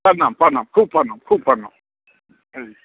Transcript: प्रणाम प्रणाम खूब प्रणाम खूब प्रणाम